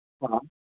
हा